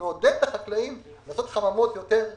נעודד את החקלאים לעשות חממות יותר יעילות,